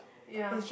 ya